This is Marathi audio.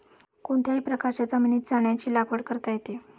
कोणत्याही प्रकारच्या जमिनीत चण्याची लागवड करता येते